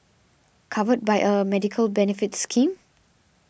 covered by a medical benefits scheme